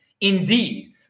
indeed